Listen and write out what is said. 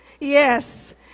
yes